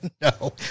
No